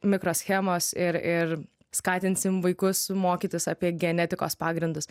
mikroschemos ir ir skatinsim vaikus mokytis apie genetikos pagrindus